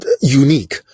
unique